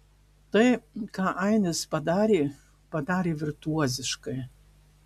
tai ką ainis padarė padarė virtuoziškai